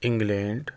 England